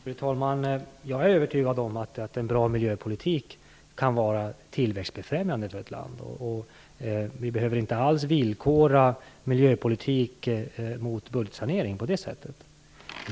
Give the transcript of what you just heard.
Fru talman! Jag är övertygad om att en bra miljöpolitik kan vara tillväxtbefrämjande för ett land. Vi behöver inte alls villkora miljöpolitik mot budgetsanering på det sättet.